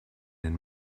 den